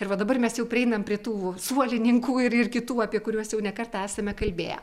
ir va dabar mes jau prieinam prie tų suolininkų ir ir kitų apie kuriuos jau ne kartą esame kalbėję